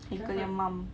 haikel punya mum